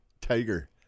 tiger